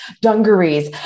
dungarees